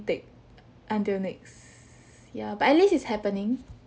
take until next yeah but at least it's happening